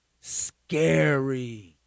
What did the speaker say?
scary